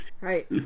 right